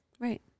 Right